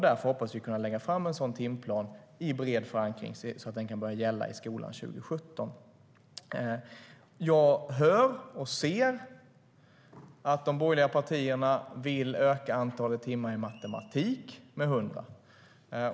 Därför hoppas vi kunna lägga fram en sådan timplan i bred förankring så att den kan börja gälla i skolan 2017.Jag hör och ser att de borgerliga partierna vill öka antalet timmar i matematik med 100.